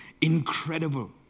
incredible